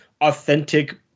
authentic